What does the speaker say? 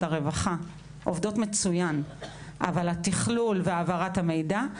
הרווחה עובדות מצויין אבל את תכלול והעברת המידע.